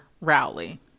Rowley